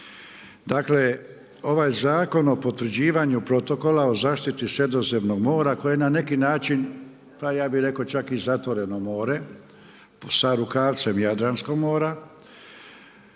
Dakle ovaj Zakon o potvrđivanju protokola o zaštiti Sredozemnog mora koje na neki način pa ja bih rekao čak i zatvoreno mora sa rukavcem Jadranskog mora,